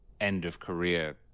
end-of-career